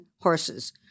horses